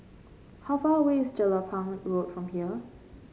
how far away is Jelapang Road from here